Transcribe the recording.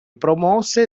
promosse